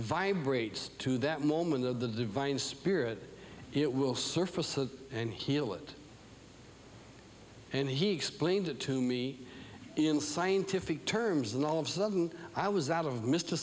vibrates to that moment the divine spirit it will surface and heal it and he explained it to me in scientific terms and all of a sudden i was out of m